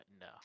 No